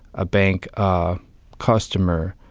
a bank ah customer,